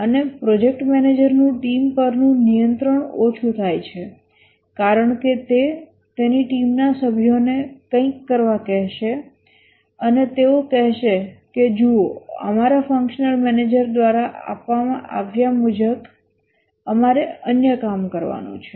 અને project manager નું team પરનું નિયંત્રણ ઓછું થાય છે કારણ કે તે તેની ટીમના સભ્યોને કંઈક કરવા કહેશે અને તેઓ કહેશે કે જુઓ અમારા ફંક્શનલ મેનેજર દ્વારા આપવામાં આવ્યાં મુજબ અમારે અન્ય કામ કરવાનું છે